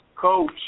Coach